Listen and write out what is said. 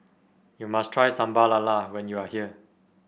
you must try Sambal Lala when you are here